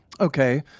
Okay